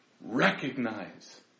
recognize